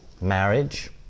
marriage